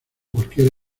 cualquier